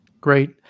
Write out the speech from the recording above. Great